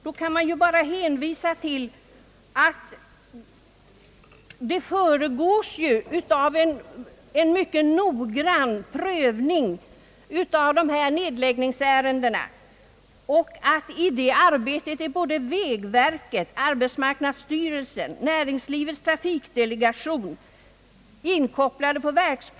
På den punkten vill jag hänvisa till att nedläggningsärendena föregås av en mycket noggrann prövning. I det arbetet är både vägverket, arbetsmarknadsstyrelsen och Näringslivets trafikdelegation inkopplade.